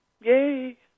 Yay